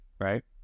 right